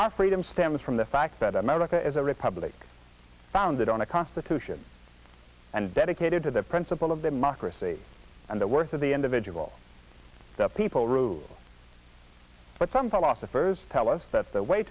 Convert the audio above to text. i freed him stems from the fact that america is a republic founded on a constitution and dedicated to the principle of democracy and the worth of the individual the people rule but some fall off the firs tell us that the way